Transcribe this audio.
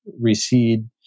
recede